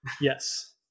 Yes